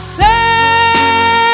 say